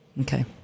Okay